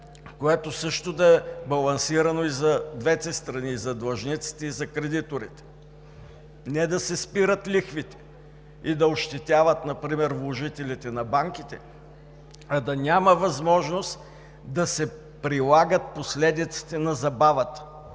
което също да е балансирано и за двете страни – и за длъжниците, и за кредиторите. Не да се спират лихвите и да ощетяват например вложителите на банките, а да няма възможност да се прилагат последиците на забавата.